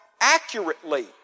Accurately